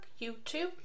YouTube